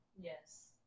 Yes